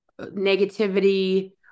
negativity